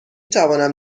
توانم